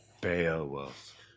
Beowulf